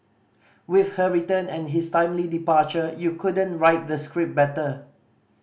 with her return and his timely departure you couldn't write the script better